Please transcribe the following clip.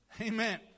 Amen